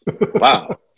Wow